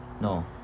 No